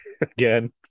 Again